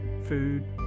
food